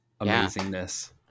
amazingness